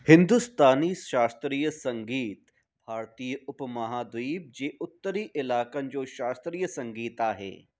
हिन्दुस्तानी शास्त्रीय संगीत भारतीय उपमहाद्वीप जे उत्तरी इलाइक़नि जो शास्त्रीय संगीत आहे